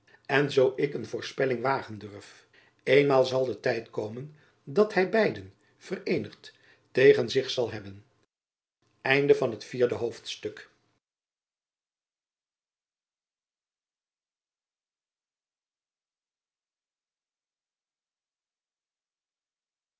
en zoo ik een voorspelling wagen durf eenmaal zal de tijd komen dat hy beiden vereenigd tegen zich zal hebben jacob van lennep elizabeth musch vijfde hoofdstuk